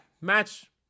match